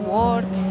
work